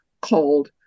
called